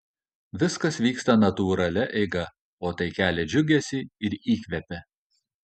viskas vyksta natūralia eiga o tai kelia džiugesį ir įkvepia